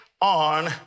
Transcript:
on